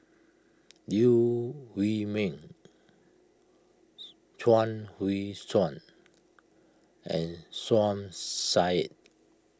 Liew Wee Mee Chuang Hui Tsuan and Som Said